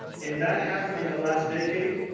and that happened in the last decade.